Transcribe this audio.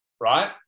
right